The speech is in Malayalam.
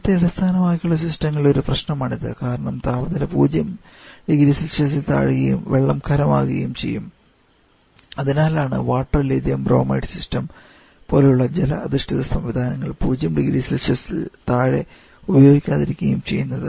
ജലത്തെ അടിസ്ഥാനമാക്കിയുള്ള സിസ്റ്റങ്ങളുടെ ഒരു പ്രശ്നമാണിത് കാരണം താപനില 0 0C യിൽ താഴുകയും വെള്ളം ഖരമാവുകയും ചെയ്യും അതിനാലാണ് വാട്ടർ ലിഥിയം ബ്രോമൈഡ് സിസ്റ്റം പോലുള്ള ജല അധിഷ്ഠിത സംവിധാനങ്ങൾ 0 0C യിൽ താഴെ ഉപയോഗിക്കാതിരിക്കുകയും ചെയ്യുന്നത്